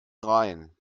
rhein